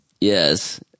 Yes